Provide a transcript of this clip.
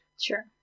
Sure